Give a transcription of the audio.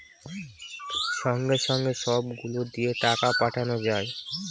সঙ্গে সঙ্গে সব গুলো দিয়ে টাকা পাঠানো যায়